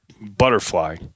butterfly